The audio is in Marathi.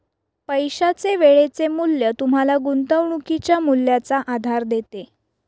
पैशाचे वेळेचे मूल्य तुम्हाला गुंतवणुकीच्या मूल्याचा आधार देते